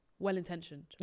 well-intentioned